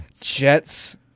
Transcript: Jets